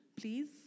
please